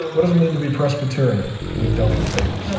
what does it mean to be presbyterian? we dunk babies.